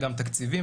גם תקציבים,